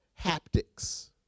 haptics